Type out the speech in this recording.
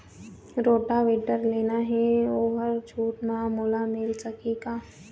Rotavator लेना हे ओहर छूट म मोला मिल सकही का?